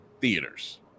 Theaters